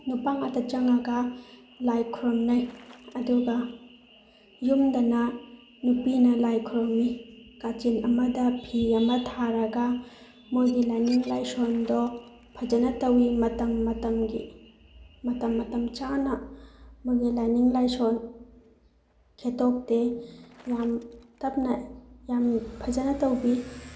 ꯅꯨꯄꯥ ꯉꯥꯛꯇ ꯆꯪꯉꯒ ꯂꯥꯏ ꯈꯨꯔꯨꯝꯅꯩ ꯑꯗꯨꯒ ꯌꯨꯝꯗꯅ ꯅꯨꯄꯤꯅ ꯂꯥꯏ ꯈꯨꯔꯨꯝꯃꯤ ꯀꯥꯆꯤꯟ ꯑꯃꯗ ꯐꯤ ꯑꯃ ꯊꯥꯔꯒ ꯃꯣꯏꯒꯤ ꯂꯥꯏꯅꯤꯡ ꯂꯥꯏꯁꯣꯟꯗꯣ ꯐꯖꯅ ꯇꯧꯋꯤ ꯃꯇꯝ ꯃꯇꯝꯒꯤ ꯃꯇꯝ ꯃꯇꯝ ꯆꯥꯅ ꯃꯣꯏꯒꯤ ꯂꯥꯏꯅꯤꯡ ꯂꯥꯏꯁꯣꯟ ꯈꯦꯠꯇꯣꯛꯇꯦ ꯌꯥꯝ ꯇꯞꯅ ꯌꯥꯝ ꯐꯖꯅ ꯇꯧꯕꯤ